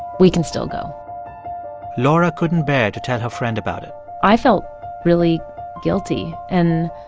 we can still go laura couldn't bear to tell her friend about it i felt really guilty. and,